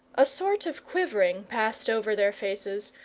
a sort of quivering passed over their faces,